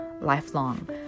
lifelong